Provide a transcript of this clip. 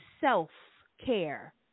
self-care